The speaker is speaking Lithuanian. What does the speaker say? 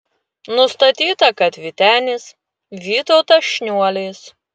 nustatyta kad vytenis vytautas šniuolis